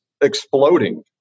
exploding